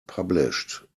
published